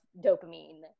dopamine